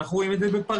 אנחנו רואים את זה בפריז,